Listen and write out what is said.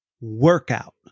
workout